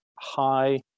high